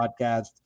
podcast